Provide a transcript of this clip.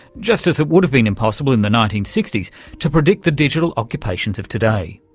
just as it would have been impossible in the nineteen sixty s to predict the digital occupations of today.